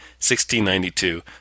1692